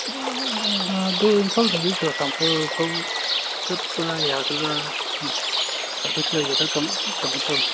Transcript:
ꯑꯗꯣ ꯏꯟꯐꯥꯜꯗꯒꯤ ꯆꯨꯔꯥꯆꯥꯟꯄꯨꯔꯐꯥꯎ ꯆꯠꯄ ꯌꯥꯒꯗ꯭ꯔ ꯁꯥꯔꯕꯤꯁ ꯂꯩꯒꯗ꯭ꯔ ꯀꯃꯥꯏꯅ ꯇꯧꯅꯤ